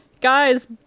Guys